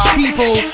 people